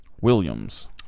Williams